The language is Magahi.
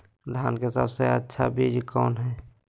धान की सबसे अच्छा बीज कौन है?